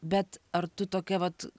bet ar tu tokia vat